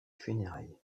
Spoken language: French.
funérailles